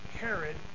Herod